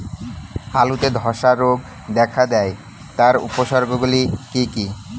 আলুতে ধ্বসা রোগ দেখা দেয় তার উপসর্গগুলি কি কি?